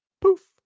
Poof